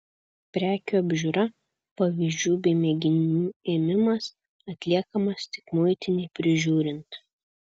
prekių apžiūra pavyzdžių bei mėginių ėmimas atliekamas tik muitinei prižiūrint